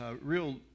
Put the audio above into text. real